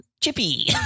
Chippy